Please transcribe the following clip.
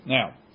Now